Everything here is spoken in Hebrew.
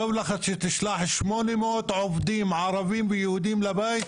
טוב לך שתשלח 800 עובדים ערבים ויהודים הביתה?